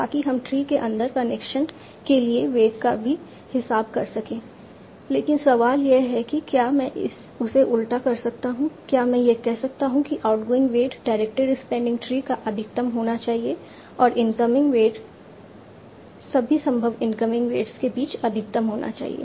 ताकि हम ट्री के अंदर कनेक्शन के लिए वेट का भी हिसाब कर सकें लेकिन सवाल यह है कि क्या मैं इसे उल्टा कर सकता हूं क्या मैं यह कह सकता हूं कि outgoing weight directed spanning tree का अधिकतम होना चाहिए और इनकमिंग वेट सभी संभव इनकमिंग वेट्स के बीच अधिकतम होना चाहिए